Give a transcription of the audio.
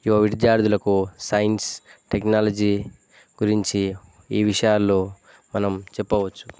యువ విద్యార్థులకు science technology గురించి ఈ విషయాల్లో మనం చెప్పవచ్చు